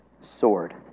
sword